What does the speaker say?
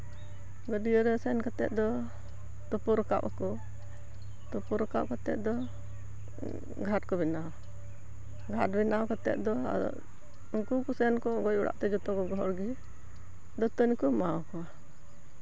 ᱜᱟᱹᱰᱭᱟᱹ ᱨᱮ ᱥᱮᱱ ᱠᱟᱛᱮ ᱫᱚ ᱛᱳᱯᱳ ᱨᱟᱠᱟᱵ ᱟᱠᱚ ᱛᱳᱯᱳ ᱨᱟᱠᱟᱵ ᱠᱟᱛᱮ ᱫᱚ ᱜᱷᱟᱴ ᱠᱚ ᱵᱮᱱᱟᱣᱟ ᱜᱷᱟᱴ ᱵᱮᱱᱟᱣ ᱠᱟᱛᱮ ᱫᱚ ᱟᱫᱚ ᱩᱱᱠᱩ ᱠᱚ ᱥᱮᱱ ᱠᱚᱜ ᱜᱚᱡ ᱚᱲᱟᱜ ᱛᱮ ᱡᱚᱛᱚ ᱜᱚᱜᱚ ᱦᱚᱲ ᱜᱮ ᱫᱟᱹᱛᱟᱹᱱᱤ ᱠᱚ ᱮᱢᱟᱣᱟᱠᱚᱣᱟ